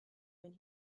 when